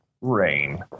rain